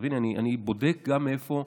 תביני, אני בודק גם מאיפה,